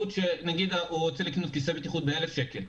נגיד שהוא רוצה לקנות כיסא בטיחות ב-1,000 שקל,